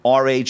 RH